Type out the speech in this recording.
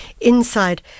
Inside